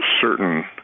certain